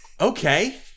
Okay